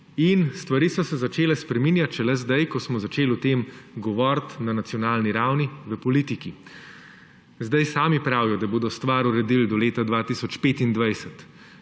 Stvari so se začele spreminjat šele zdaj, ko smo začeli o tem govoriti na nacionalni ravni v politiki. Zdaj sami pravijo, da bodo stvar uredili do leta 2025,